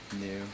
new